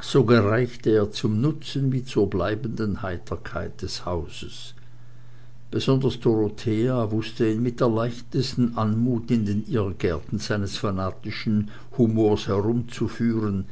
so gereichte er zum nutzen wie zur bleibenden heiterkeit des hauses besonders dorothea wußte ihn mit der leichtesten anmut in den irrgärten seines fanatischen humors herumzuführen